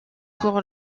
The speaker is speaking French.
pour